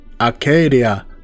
arcadia